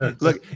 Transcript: Look